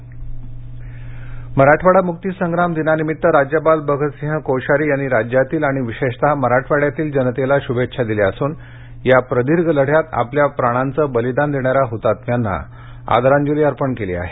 मराठवाडा मुक्ती संग्राम दिन मराठवाडा मुक्ती संग्राम दिनानिमित्त राज्यपाल भगतसिंह कोश्यारी यांनी राज्यातील आणि विशेषतः मराठवाड्यातील जनतेला शुभेच्छा दिल्या असून या प्रदीर्घ लढ्यात आपल्या प्राणांचे बलिदान देणाऱ्या हुतात्म्यांना आदरांजली अर्पण केली आहे